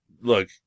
look